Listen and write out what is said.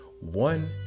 One